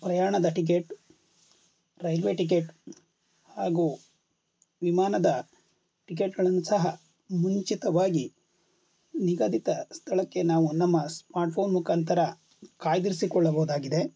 ಪ್ರಯಾಣದ ticket railway ticket ಹಾಗೂ ವಿಮಾನದ ಟಿಕೆಟ್ಗಳನ್ನು ಸಹ ಮುಂಚಿತವಾಗಿ ನಿಗದಿತ ಸ್ಥಳಕ್ಕೆ ನಾವು ನಮ್ಮ ಸ್ಮಾರ್ಟ್ಫೋನ್ ಮುಖಾಂತರ ಕಾಯ್ದಿರಿಸಿಕೊಳ್ಳಬಹುದಾಗಿದೆ